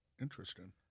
interesting